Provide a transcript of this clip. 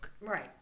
right